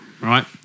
right